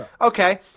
okay